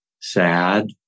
sad